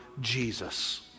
Jesus